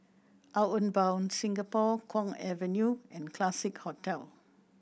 Outward Bound Singapore Kwong Avenue and Classique Hotel